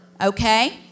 Okay